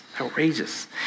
outrageous